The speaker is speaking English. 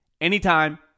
anytime